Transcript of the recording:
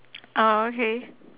orh okay